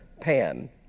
Pan